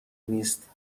نیست